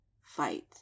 fight